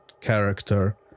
character